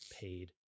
paid